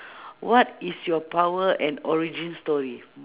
what is your power and origin story